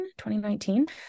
2019